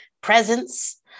presence